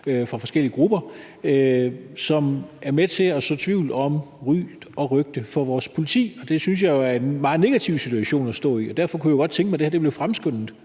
fra forskellige grupper, hvilket er med til at så tvivl om vores politis gode ry og rygte. Det synes jeg jo er en meget negativ situation at stå i, og derfor kunne jeg godt tænke mig, at det her blev fremskyndet